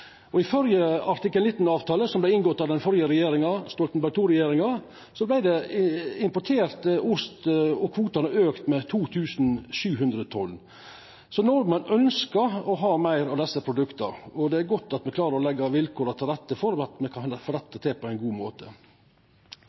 I førre artikkel 19-avtale, som vart inngått av Stoltenberg II-regjeringa, vart kvoten for importert ost auka med 2 700 tonn. Nordmenn ønskjer meir av desse produkta, og det er godt at me klarar å leggja vilkåra til rette for at me får dette til på ein god måte.